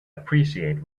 appreciate